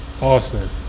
awesome